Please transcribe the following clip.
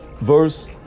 verse